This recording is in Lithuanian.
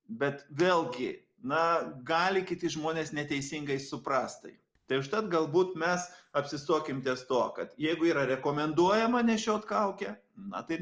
bet vėlgi na gali kiti žmonės neteisingai suprast tai tai užtat galbūt mes apsistokim ties tuo kad jeigu yra rekomenduojama nešiot kaukę na tai